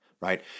right